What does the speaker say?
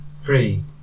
Three